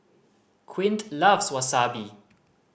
Quint loves Wasabi